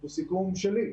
הוא סיכום שלי,